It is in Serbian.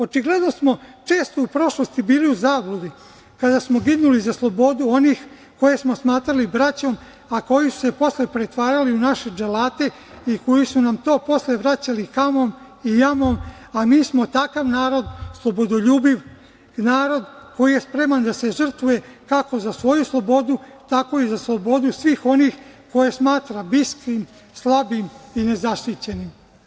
Očigledno smo često u prošlosti bili u zabludi kada smo ginuli za slobodu onih koje smo smatrali braćom, a koji su se posle pretvarali u naše dželate i koji su nam to posle vraćali kamom i jamom, a mi smo takav narod, slobodoljubiv narod koji je spreman da se žrtvuje kako za svoju slobodu, tako i za slobodu svih onih koje smatra bliskim, slabim i nezaštićenim.